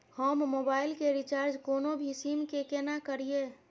हम मोबाइल के रिचार्ज कोनो भी सीम के केना करिए?